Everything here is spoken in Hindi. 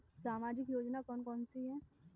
सामाजिक योजना कौन कौन सी हैं?